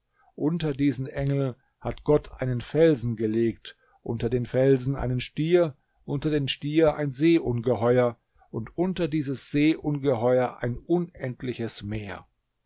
unter diesen engel hat gott einen felsen gelegt unter den felsen einen stier unter den stier ein seeungeheuer und unter dieses seeungeheuer ein unendliches meer